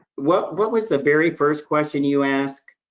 what what was the very first question you asked?